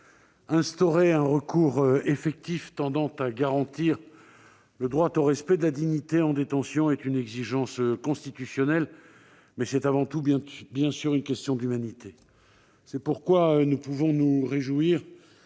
instaurer un recours effectif tendant à garantir le droit au respect de la dignité en détention, c'est une exigence constitutionnelle, mais c'est avant tout une question d'humanité. C'est pourquoi nous pouvons nous réjouir